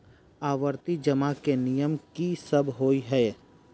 आवर्ती जमा केँ नियम की सब होइ है?